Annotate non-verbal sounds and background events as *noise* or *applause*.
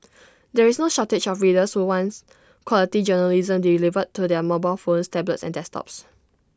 *noise* there is no shortage of readers who wants quality journalism delivered to their mobile phones tablets and desktops